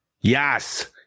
Yes